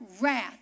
wrath